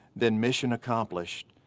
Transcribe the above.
then mission accomplished.